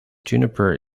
juniper